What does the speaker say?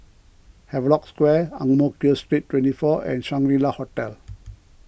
Havelock Square Ang Mo Kio Street twenty four and Shangri La Hotel